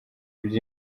ibyo